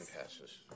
passes